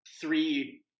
three